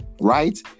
right